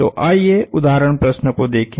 तो आइए उदाहरण प्रश्न को देखें